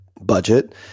budget